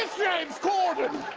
james corden.